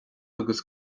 agus